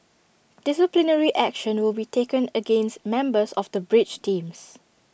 disciplinary action will be taken against members of the bridge teams